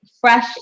fresh